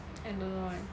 and don't know why